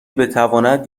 بتواند